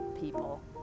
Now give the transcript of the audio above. people